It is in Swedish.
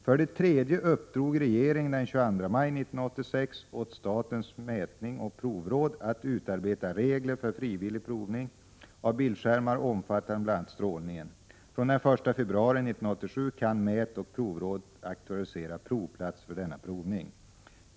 För det tredje uppdrog regeringen den 22 maj 1986 åt statens mätoch provråd att utarbeta regler för frivillig provning av bildskärmar omfattande bl.a. strålningen. Från den 1 februari 1987 kan mätoch provrådet auktorisera provplatser för denna provning.